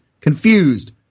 confused